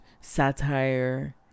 satire